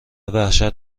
وحشت